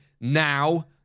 Now